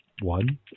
one